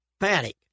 panic